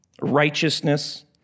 righteousness